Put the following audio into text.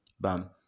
bam